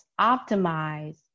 optimize